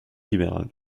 libéral